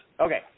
Okay